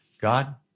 God